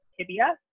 tibia